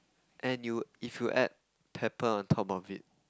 and you if you add pepper on top of it